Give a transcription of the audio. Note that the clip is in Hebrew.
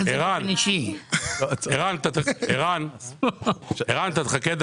ערן, חכה דקה.